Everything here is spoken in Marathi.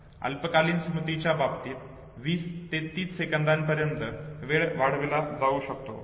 अल्पकालीन स्मृतीच्या बाबतीत 20 ते 30 सेकंदांपर्यंत वेळ वाढवला जाऊ शकतो